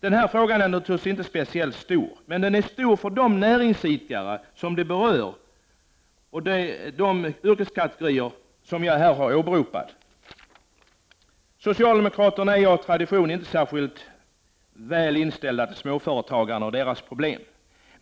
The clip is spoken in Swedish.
Det här är naturligtvis inte någon stor fråga. Men den är stor för berörda näringsidkare och de yrkeskategorier som jag här har åberopat. Socialdemokraterna är ju av tradition inte särskilt välvilligt inställda till småföretagarna och deras problem.